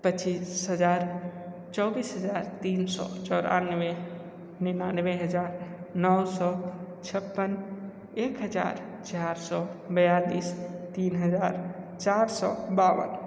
पच्चीस हज़ार चौबीस हज़ार तीन सौ चौरनवे निन्यानवे हज़ार नौ सौ छप्पन एक हज़ार चार सौ बयालीस तीन हज़ार चार सौ बावन